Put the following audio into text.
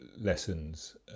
lessons